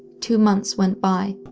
two months went by,